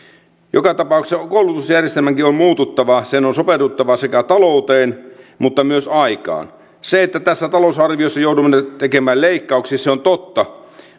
joka tapauksessa koulutusjärjestelmänkin on muututtava sen on sopeuduttava sekä talouteen mutta myös aikaan se että tässä talousarviossa joudumme tekemään leikkauksia on totta